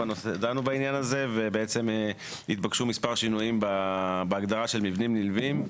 דנו בעניין הזה ובעצם התבקשו מספר שינויים בהגדרה של מבנים נלווים,